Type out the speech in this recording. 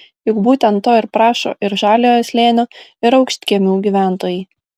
juk būtent to ir prašo ir žaliojo slėnio ir aukštkiemių gyventojai